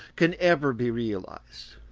can ever be realised.